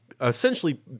essentially